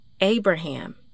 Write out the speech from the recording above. Abraham